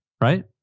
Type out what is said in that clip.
Right